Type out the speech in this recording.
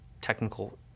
technical